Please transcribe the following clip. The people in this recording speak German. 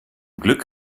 glück